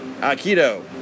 Aikido